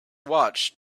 watched